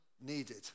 needed